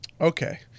okay